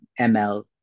ML